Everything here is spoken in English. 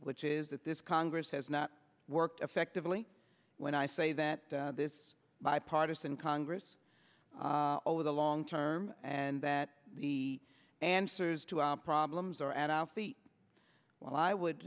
which is that this congress has not worked effectively when i say that this bipartisan congress over the long term and that the answers to our problems are out the well i would